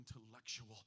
intellectual